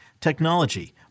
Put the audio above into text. technology